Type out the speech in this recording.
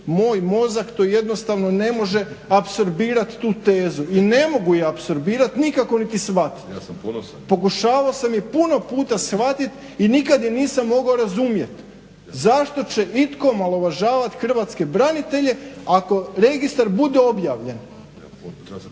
Moj mozak to jednostavno ne može apsorbirati tu tezu, i ne mogu je apsorbirati nikako niti shvatiti. …/Upadica: Ja sam ponosan./… Pokušavao sam i puno puta shvatit i nikad je nisam mogao razumjet. Zašto će itko omalovažavat hrvatske branitelje ako registar bude objavljen?